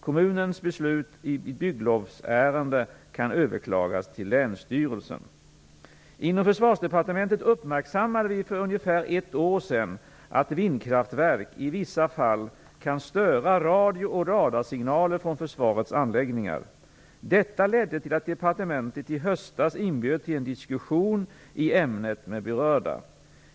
Kommunens beslut i bygglovsärende kan överklagas till länsstyrelsen. Inom Försvarsdepartementet uppmärksammade vi för ungefär ett år sedan att vindkraftverk i vissa fall kan störa radio och radarsignaler från försvarets anläggningar. Detta ledde till att departementet i höstas inbjöd till en diskussion i ämnet med berörda.